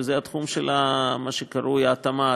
הוא התחום שקרוי התאמה,